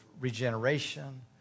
regeneration